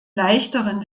leichteren